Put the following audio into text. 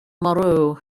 moreau